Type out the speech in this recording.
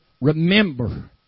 remember